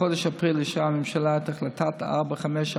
בחודש אפריל אישרה הממשלה את החלטה 4540,